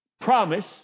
promise